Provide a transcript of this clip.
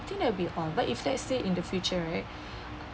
I think that will be all but if let's say in the future right